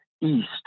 east